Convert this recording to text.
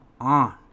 on